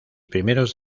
primeros